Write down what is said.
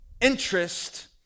interest